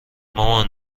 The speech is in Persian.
مامان